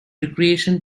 recreation